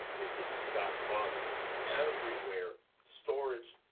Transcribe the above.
is that you've got closets everywhere, storage,